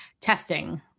testing